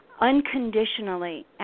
unconditionally